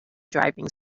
driving